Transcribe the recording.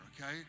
okay